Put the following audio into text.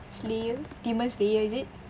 slayer demon slayer is it